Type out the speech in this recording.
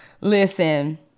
Listen